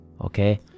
Okay